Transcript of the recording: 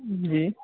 جی